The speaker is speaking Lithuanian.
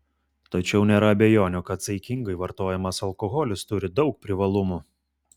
tačiau nėra abejonių kad saikingai vartojamas alkoholis turi daug privalumų